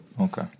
Okay